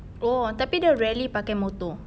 oh tapi dia rarely pakai motor